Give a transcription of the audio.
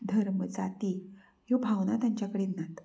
धर्म जाती ह्यो भावना तांच्या कडेन नात